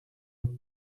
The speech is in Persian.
بتونه